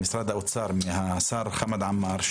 ממשרד האוצר מהשר חמד עמאר,